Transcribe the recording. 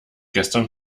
gestern